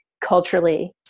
Culturally